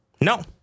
No